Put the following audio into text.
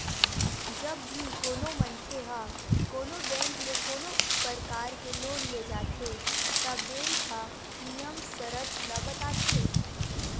जब भी कोनो मनखे ह कोनो बेंक ले कोनो परकार के लोन ले जाथे त बेंक ह नियम सरत ल बताथे